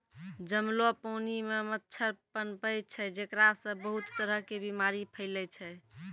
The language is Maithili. जमलो पानी मॅ मच्छर पनपै छै जेकरा सॅ बहुत तरह के बीमारी फैलै छै